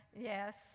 Yes